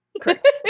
correct